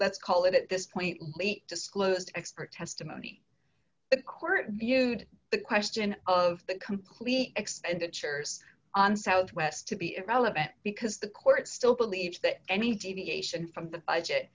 let's call it at this point disclosed expert testimony court viewed the question of the complete expenditures on southwest to be irrelevant because the court still believes that any deviation from the